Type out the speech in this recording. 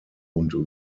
und